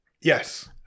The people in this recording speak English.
Yes